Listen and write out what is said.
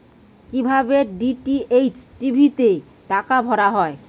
কি ভাবে DTH TV তে টাকা ভরা হয়?